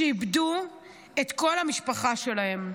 שאיבדו את כל המשפחה שלהם,